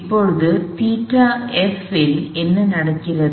இப்போது ϴf இல் என்ன நடக்கிறது